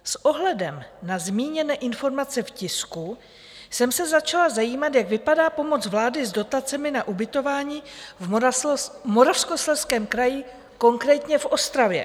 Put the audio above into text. S ohledem na zmíněné informace v tisku jsem se začala zajímat, jak vypadá pomoc vlády s dotacemi na ubytování v Moravskoslezském kraji, konkrétně v Ostravě.